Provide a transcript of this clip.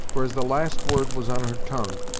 for, as the last word was on her tongue,